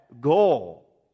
goal